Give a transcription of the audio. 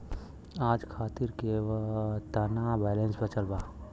आज खातिर केतना बैलैंस बचल बा?